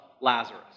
Lazarus